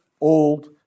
old